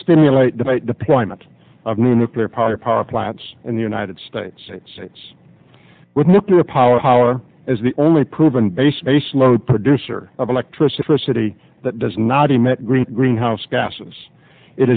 stimulate the deployment of new nuclear power power plants in the united states with nuclear power as the only proven base baseload producer of electricity for a city that does not emit green greenhouse gases it